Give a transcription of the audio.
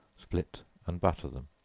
split and butter them.